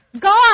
God